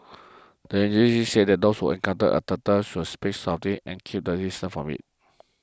the agencies said those who encounter a turtle should speak softly and keep their distance from it